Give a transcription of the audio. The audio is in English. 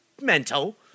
mental